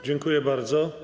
Dziękuję bardzo.